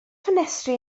ffenestri